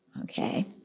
Okay